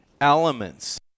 elements